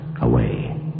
away